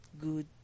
good